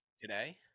Today